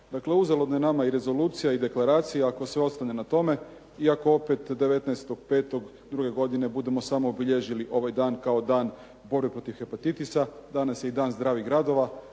uzaludno nama i rezolucija i deklaracija ako sve ostane ne tome i ako opet 19.5. druge godine budemo samo obilježili ovaj dan kao dan borbe protiv hepatitisa. Danas je i dan zdravih gradova,